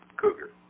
cougar